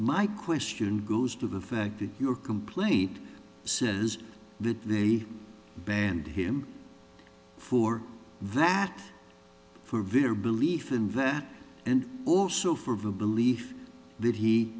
my question goes to the fact that your complaint says that they banned him for that for vitter belief in that and also for the belief that he